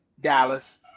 Dallas